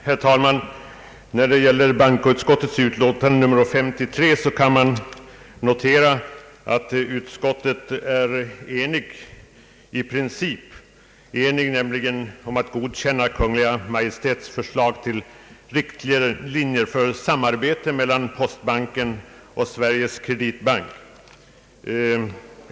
Herr talman! Man kan notera att bankoutskottet i sitt utlåtande nr 53 är enigt i princip om att godkänna Kungl. Maj:ts förslag till riktlinjer för samarbete mellan postbanken och Sveriges Kreditbank.